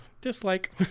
dislike